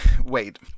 Wait